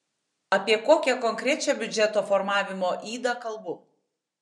apie kokią konkrečią biudžeto formavimo ydą kalbu